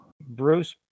Bruce